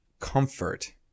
comfort